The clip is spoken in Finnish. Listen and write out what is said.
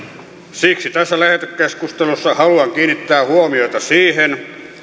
siksi tässä lähetekeskustelussa haluan kiinnittää huomiota siihen